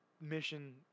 mission